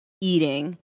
eating